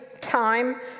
time